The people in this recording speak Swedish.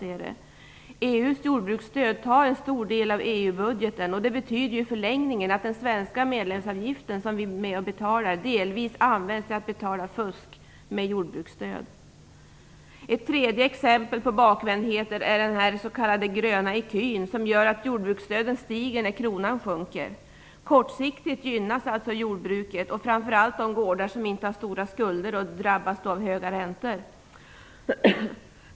EU:s jordbruksstöd tar en stor del av EU-budgeten, och det betyder i förlängningen att den medlemsavgift som Sverige är med och betalar delvis används till att betala fusk med jordbruksstöd. Ett tredje exempel på bakvändheter är den s.k. gröna ecun, som gör att jordbruksstöden stiger när kronan sjunker. Kortsiktigt gynnas alltså jordbruket och framför allt de gårdar som inte har stora skulder av de höga räntorna.